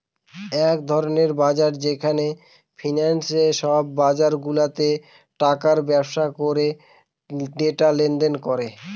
এক ধরনের বাজার যেখানে ফিন্যান্সে সব বাজারগুলাতে টাকার ব্যবসা করে ডেটা লেনদেন করে